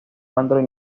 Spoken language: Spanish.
android